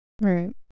Right